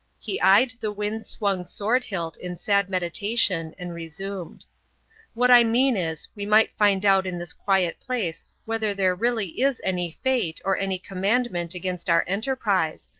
he eyed the wind-swung sword-hilt in sad meditation and resumed what i mean is, we might find out in this quiet place whether there really is any fate or any commandment against our enterprise.